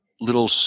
little